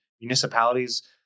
municipalities